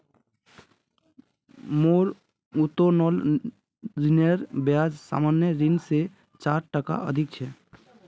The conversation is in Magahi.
मोर उत्तोलन ऋनेर ब्याज सामान्य ऋण स चार टका अधिक छ